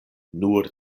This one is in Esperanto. nur